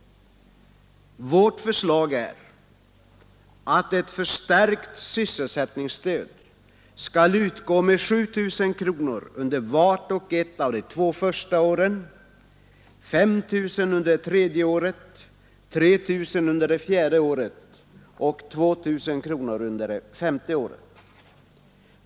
Vårt förslag är att ett förstärkt sysselsättningsstöd skall utgå med 7 000 kronor under vart och ett av de två första åren, 5 000 under det tredje året, 3 000 under det fjärde året och 2 000 kronor under det femte året.